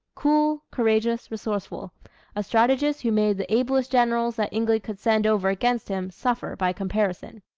cool, courageous, resourceful a strategist who made the ablest generals that england could send over against him, suffer by comparison.